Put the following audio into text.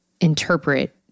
interpret